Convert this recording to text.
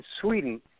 Sweden